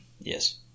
Yes